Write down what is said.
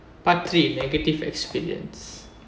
part three negative experience